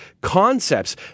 concepts